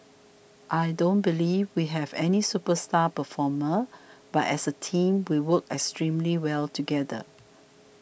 I don't believe we have any superstar performer but as a team we work extremely well together